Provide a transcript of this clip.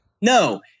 No